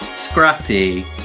Scrappy